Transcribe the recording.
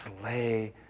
slay